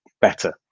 better